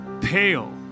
pale